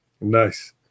Nice